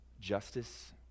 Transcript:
justice